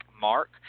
mark